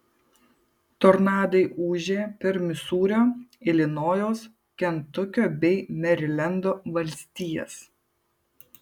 tornadai ūžė per misūrio ilinojaus kentukio bei merilendo valstijas